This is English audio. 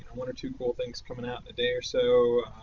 one or two cool things coming out in a day or so.